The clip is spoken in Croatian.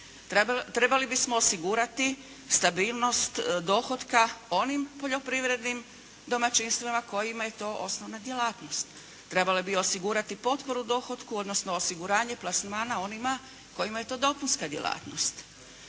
Trebali bismo osigurati stabilnost dohotka onim poljoprivrednim domaćinstvima kojima je to osnovna djelatnost, trebali bi osigurati potporu dohotku, odnosno osiguranje plasmana onima kojima je to dopunska djelatnost.